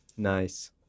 Nice